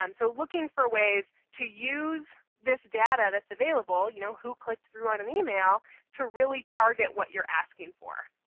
um so looking for ways to use this data that's available you know who clicked through on an email to really target what you're asking for.